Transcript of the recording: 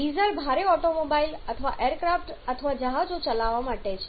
diesel ભારે automobile અથવા aircraft અથવા જહાજો ચલાવવા માટે છે